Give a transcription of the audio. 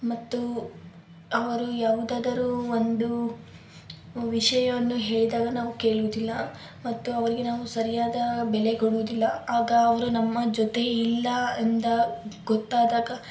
ಮತ್ತು ಅವರು ಯಾವುದಾದರೂ ಒಂದು ವಿಷಯವನ್ನು ಹೇಳಿದಾಗ ನಾವು ಕೇಳುವುದಿಲ್ಲ ಮತ್ತು ಅವರಿಗೆ ನಾವು ಸರಿಯಾದ ಬೆಲೆ ಕೊಡುವುದಿಲ್ಲ ಆಗ ಅವರು ನಮ್ಮ ಜೊತೆ ಇಲ್ಲ ಎಂದು ಗೊತ್ತಾದಾಗ